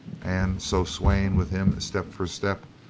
and, so swaying with him step for step,